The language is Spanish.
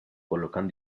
colocan